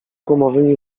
gumowymi